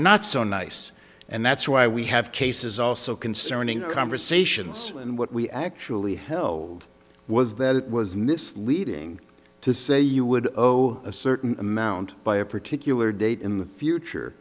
not so nice and that's why we have cases also concerning conversations and what we actually hello was that it was misleading to say you would go a certain amount by a particular date in the